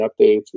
updates